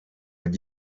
ibi